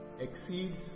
exceeds